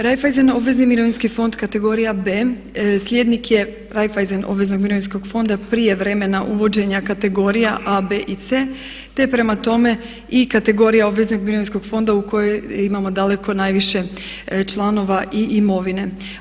Reiffeisen obvezni mirovinski fond kategorija B slijednik je Reiffeisen obveznog mirovinskog fonda prije vremena uvođenja kategorija A, B i C, te prema tome i kategorija obveznog mirovinskog fonda u kojem imamo daleko najviše članova i imovine.